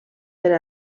per